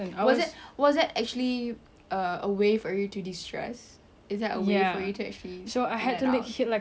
was it was there actually uh a way for you to distress is that the way for you to actually